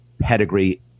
pedigree